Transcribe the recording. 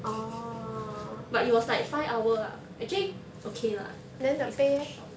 but it was like five hour ah actually okay lah its quite short